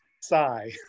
sigh